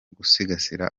gusigasira